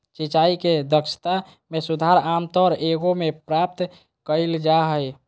सिंचाई के दक्षता में सुधार आमतौर एगो में प्राप्त कइल जा हइ